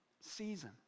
season